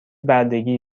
بردگی